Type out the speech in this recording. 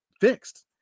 fixed